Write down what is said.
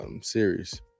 series